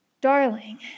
Darling